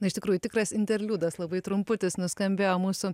na iš tikrųjų tikras interliudas labai trumputis nuskambėjo mūsų